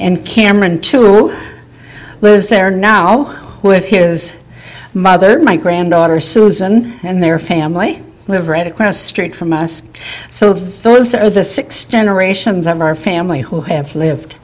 and cameron to lose there now with his mother my granddaughter susan and their family live right across the street from us so those are the six generations of our family who have lived